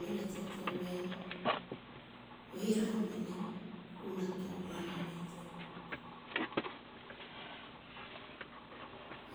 Mine totopen oiran mine unat topuranevait oin